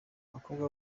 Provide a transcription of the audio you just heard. abakobwa